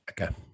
Okay